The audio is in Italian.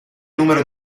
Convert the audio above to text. numero